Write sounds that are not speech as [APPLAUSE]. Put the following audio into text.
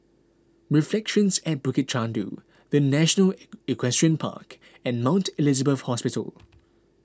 Reflections at Bukit Chandu the National [NOISE] Equestrian Park and Mount Elizabeth Hospital